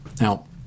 Now